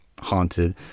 haunted